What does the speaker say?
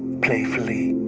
playfully.